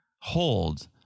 hold